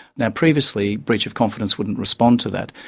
now, previously breach of confidence wouldn't respond to that.